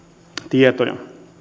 tietoja